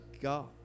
God